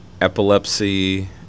epilepsy